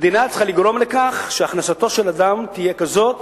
המדינה צריכה לגרום לכך שהכנסתו של אדם תהיה כזאת